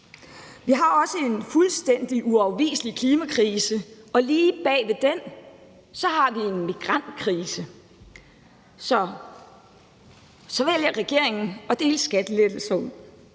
Vi har også en fuldstændig uafviselig klimakrise, og lige bag ved den har vi en migrantkrise. Og så vælger regeringen at dele skattelettelser ud.